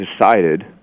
decided